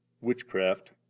witchcraft